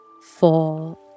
four